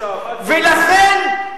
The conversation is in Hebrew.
ולכן,